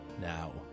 Now